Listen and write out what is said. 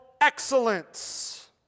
excellence